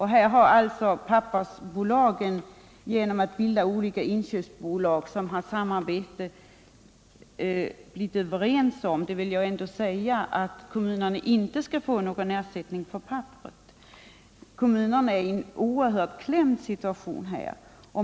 Här har emellertid pappersbolagen bildat olika inköpsbolag, som i sitt samarbete är överens om — det vill jag ändå säga — att kommunerna inte skall få någon ersättning för returpapperet. Kommunerna befinner sig alltså i en oerhört klämd situation.